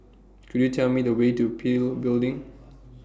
Could YOU Tell Me The Way to PIL Building